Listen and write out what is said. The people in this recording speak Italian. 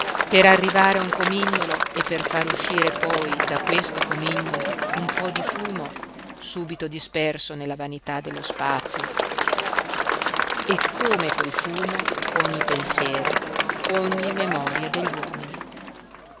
per arrivare a un comignolo e per fare uscir poi da questo comignolo un po di fumo subito disperso nella vanità dello spazio e come quel fumo ogni pensiero ogni memoria degli uomini